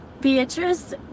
Beatrice